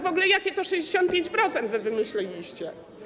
W ogóle jakie to 65% wymyśliliście?